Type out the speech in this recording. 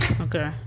Okay